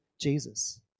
Jesus